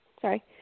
Sorry